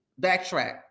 backtrack